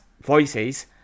voices